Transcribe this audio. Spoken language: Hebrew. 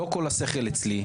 לא כל השכל אצלי,